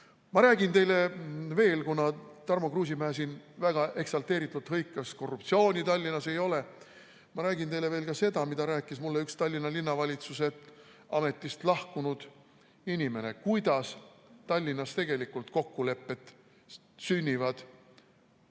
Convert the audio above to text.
Ma räägin teile veel, kuna Tarmo Kruusimäe siin väga eksalteeritult hõikas, et korruptsiooni Tallinnas ei ole. Ma räägin teile veel ka seda, mida rääkis mulle üks Tallinna Linnavalitsuse ametist lahkunud inimene, kuidas Tallinnas tegelikult kokkulepped sünnivad